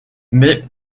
mais